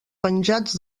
penjats